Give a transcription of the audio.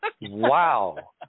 Wow